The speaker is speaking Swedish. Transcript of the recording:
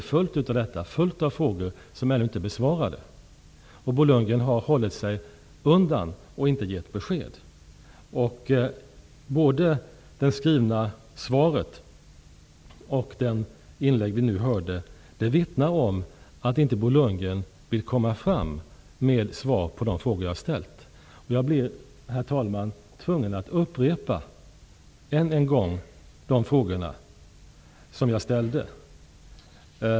Det finns en mängd frågor som ännu inte är besvarade. Bo Lundgren har hållit sig undan och har inte gett besked. Både det skrivna svaret och det inlägg vi har hört vittnar om att Bo Lundgren inte vill ge svar på de frågor jag har ställt. Herr talman! Jag blir tvungen att upprepa än en gång de frågor jag har ställt.